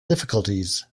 difficulties